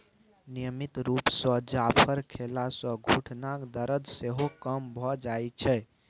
नियमित रुप सँ जाफर खेला सँ घुटनाक दरद सेहो कम भ जाइ छै